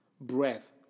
breath